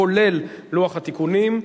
כולל לוח התיקונים,